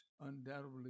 undoubtedly